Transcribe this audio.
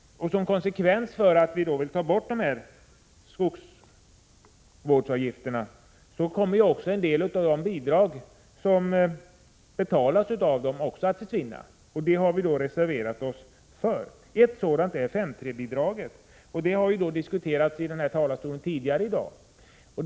Som konsekvens av att vi vill ta bort skogsvårdsavgifterna kommer en del av de bidrag som betalas med dessa avgifter också att försvinna. Det har vi då reserverat oss för. Ett sådant bidrag är 5:3-bidraget, som vi har diskuterat tidigare i dag här i kammaren.